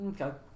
Okay